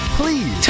please